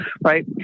right